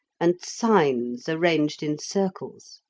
and signs arranged in circles.